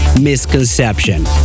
Misconception